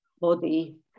body